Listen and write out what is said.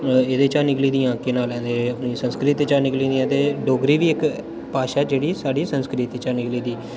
एह्दे चा निकली दियां केह् नांऽ लैंदे अपनी संस्कृत चा निकली दियां ते डोगरी बी इक भाशा जेह्ड़ी साढ़ी संस्कृत चा निकली दी